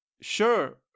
sure